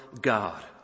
God